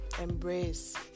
embrace